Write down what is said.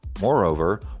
Moreover